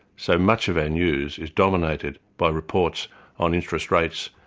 so much of our news is dominated by reports on interest rates,